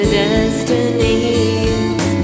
destinies